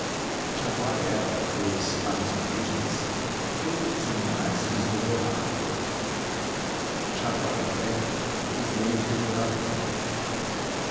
jaguar era pois para os indígenas todos os animais que os devoravam jaguareté o grande devorador